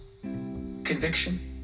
conviction